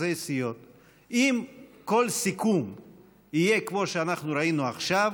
רכזי סיעות: אם כל סיכום יהיה כמו שאנחנו ראינו עכשיו,